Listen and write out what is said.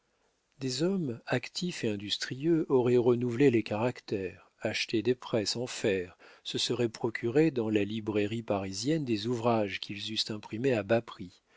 des hommes actifs et industrieux auraient renouvelé les caractères acheté des presses en fer se seraient procuré dans la librairie parisienne des ouvrages qu'ils eussent imprimés à bas prix